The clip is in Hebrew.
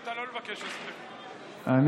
אני